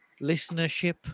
listenership